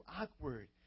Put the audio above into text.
awkward